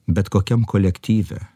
bet kokiam kolektyve